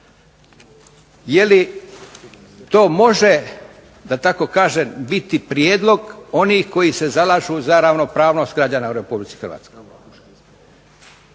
Je li to može da tako kažem biti prijedlog onih koji se zalažu za ravnopravnost građana u Republici Hrvatskoj,